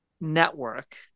network